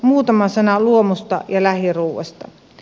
muutama sana luomusta ja lähiruuasta